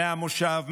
מהמושב,